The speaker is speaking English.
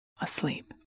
asleep